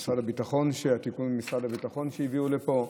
משרד הביטחון, תיקון חוק משרד הביטחון שהביאו לפה,